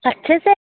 cut చేసేయి